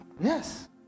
yes